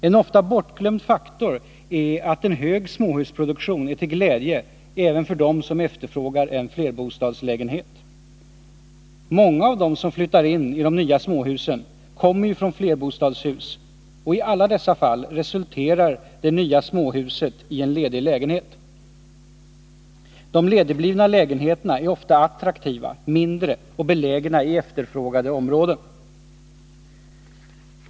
En ofta bortglömd faktor är att en hög småhusproduktion är till glädje även för dem som efterfrågar en flerbostadslägenhet. Många av dem som flyttar in i de nya småhusen kommer ju från flerbostadshus, och i alla dessa fall resulterar det nya småhuset i en ledig lägenhet. De ledigblivna lägenheterna är ofta attraktiva, mindre och belägna i efterfrågade områden.